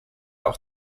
auch